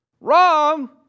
Wrong